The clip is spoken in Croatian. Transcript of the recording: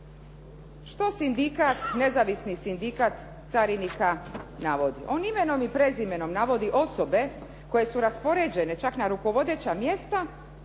što sindikat, Nezavisni sindikat carinika navodi. On imenom i prezimenom navodi osobe koje su raspoređene čak na rukovodeća mjesta